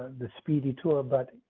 the speedy tour, but